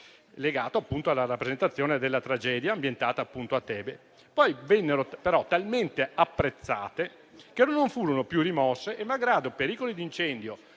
appunto alla rappresentazione della tragedia ambientata a Tebe. Vennero però talmente apprezzate che non furono più rimosse e malgrado il pericolo di incendio